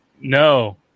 no